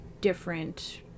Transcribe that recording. different